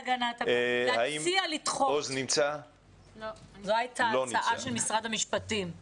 להציע לדחות, זו הייתה ההצעה של משרד המשפטים.